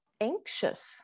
anxious